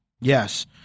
Yes